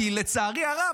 כי לצערי הרב,